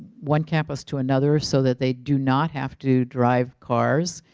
one campus to another so that they do not have to drive cars.